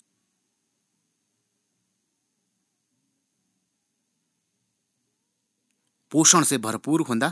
आकर का हिसाब सी चींटी केंचुआ चूहा सांप बिल्ली कुत्ता बाघ शेर हाथी ह्वेल